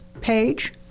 page